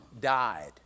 died